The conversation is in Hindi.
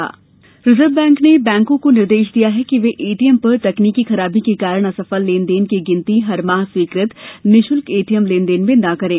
रिजर्व बैंक निर्देश रिज़र्व बैंक ने बैंकों को निर्देश दिया है कि वे एटीएम पर तकनीकी खराबी के कारण असफल लेन देन की गिनती हर माह स्वीकृत निशुल्क एटीएम लेनदेन में न करें